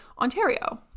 Ontario